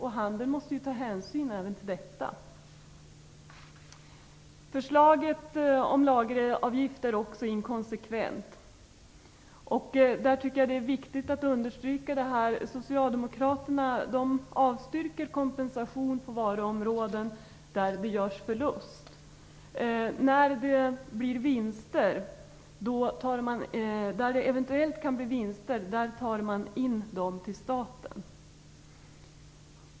Handeln måste ju ta hänsyn även till detta. Förslaget om en lageravgift är också inkonsekvent. Det är därför viktigt att understryka att socialdemokraterna avstyrker kompensation på varuområden där det görs förlust. Där det eventuellt kan bli vinster tar man in dem till staten.